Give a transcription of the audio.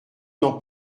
n’en